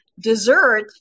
dessert